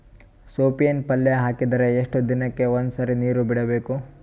ಸೊಪ್ಪಿನ ಪಲ್ಯ ಹಾಕಿದರ ಎಷ್ಟು ದಿನಕ್ಕ ಒಂದ್ಸರಿ ನೀರು ಬಿಡಬೇಕು?